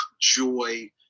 joy